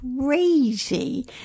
crazy